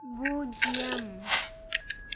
பூஜ்ஜியம்